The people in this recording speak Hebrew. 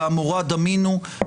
לעמרה דמינו".